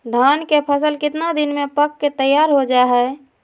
धान के फसल कितना दिन में पक के तैयार हो जा हाय?